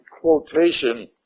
quotation